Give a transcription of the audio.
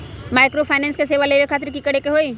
Microfinance के सेवा लेबे खातीर की करे के होई?